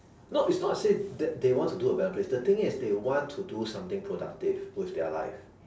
no it's not say that they want to do a better place the thing is they want do something productive with their life